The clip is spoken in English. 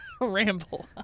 Ramble